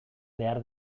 behar